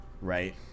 right